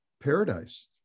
paradise